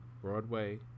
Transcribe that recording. Broadway